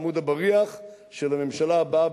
עמוד הבריח של הממשלה הבאה,